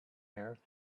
air